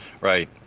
Right